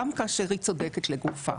גם כאשר היא צודקת לגופה.